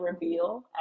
reveal